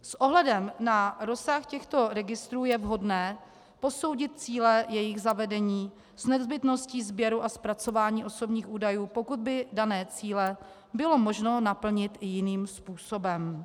S ohledem na rozsah těchto registrů je vhodné posoudit cíle jejich zavedení nezbytností sběru a zpracování osobních údajů, pokud by dané cíle bylo možno naplnit i jiným způsobem.